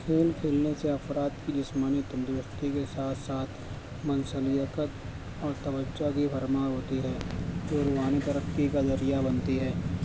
کھیل کھیلنے سے افراد کی جسمانی تندرستی کے ساتھ ساتھ منسلیکت اور توجہ کی بھرمار ہوتی ہے جو روحانی ترقی کا ذریعہ بنتی ہے